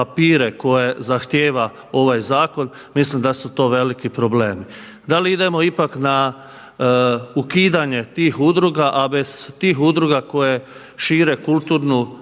koje zahtjeva ovaj zakon mislim da su to veliki problemi. Da li idemo ipak na ukidanje tih udruga a bez tih udruga koje šire kulturnu